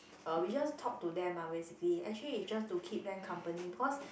uh we just talk to them ah basically actually it's just to keep them company because